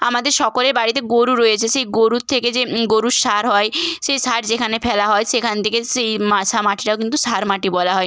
আমাদের সকলের বাড়িতে গোরু রয়েছে সেই গোরুর থেকে যে গোরুর সার হয় সেই সার যেখানে ফেলা হয় সেখান থেকে সেই মা সা মাটিটাও কিন্তু সার মাটি বলা হয়